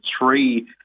three